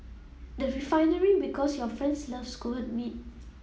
the Refinery Because your friends love skewered meat